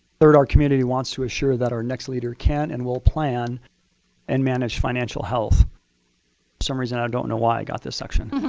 third, our community wants to assure that our next leader can and will plan and manage financial health. for some reason, i don't know why i got this section.